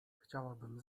chciałabym